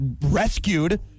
rescued